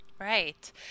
Right